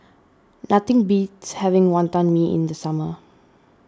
nothing beats having Wonton Mee in the summer